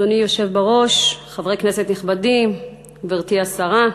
אדוני היושב בראש, חברי כנסת נכבדים, גברתי השרה,